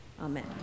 Amen